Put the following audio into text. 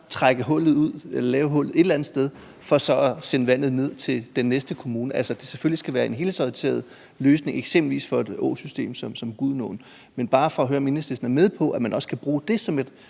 trække hullet ud eller lave et hul et eller andet sted for så at sende vandet ned til den næste kommune, men at det selvfølgelig skal være en helhedsorienteret løsning, eksempelvis for et åsystem som Gudenåen. Men det er bare for at høre, om Enhedslisten er med på, at man også kan bruge det som et